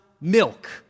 milk